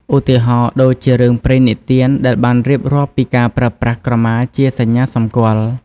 ឧទាហរណ៍ដូចជារឿងព្រេងនិទានដែលបានរៀបរាប់ពីការប្រើប្រាស់ក្រមាជាសញ្ញាសម្គាល់។